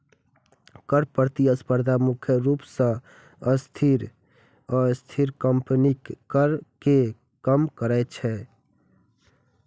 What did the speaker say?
कर प्रतिस्पर्धा मुख्य रूप सं अस्थिर कंपनीक कर कें कम करै छै